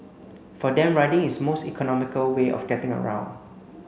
for them riding is most economical way of getting around